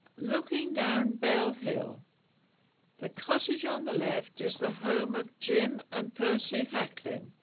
looking down bell hill the cottage on the left is the home of jim and percy hackling.